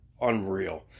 unreal